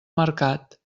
mercat